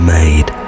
made